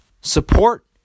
Support